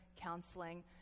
counseling